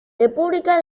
república